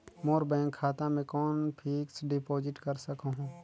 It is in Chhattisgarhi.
मोर बैंक खाता मे कौन फिक्स्ड डिपॉजिट कर सकहुं?